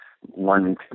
one